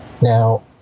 Now